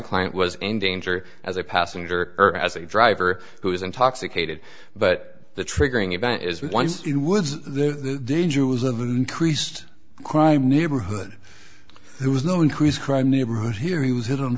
client was in danger as a passenger or as a driver who is intoxicated but the triggering event is once you would the danger was of an increased crime neighborhood there was no increased crime neighborhood here he was hit on